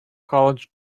college